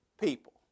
people